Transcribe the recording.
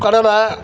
கடலை